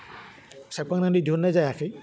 सेबखांनानै दिहुन्नाय जायाखै